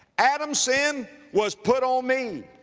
adam's sin was put on me.